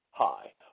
Hi